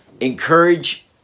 encourage